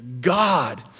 God